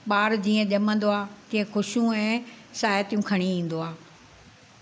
ॿारु जीअं जमंदो आहे तीअं ख़ुशियूं ऐं साइथियूं खणी ईंदो आहे